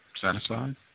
satisfied